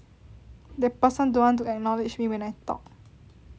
that person don't want to acknowledge me when I talk